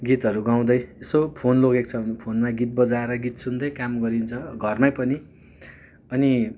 गीतहरू गाउँदै यसो फोन लगेको छ भने फोनमा गीत बजाएर गीत सुन्दै काम गरिन्छ घरमै पनि अनि